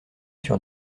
sur